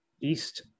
east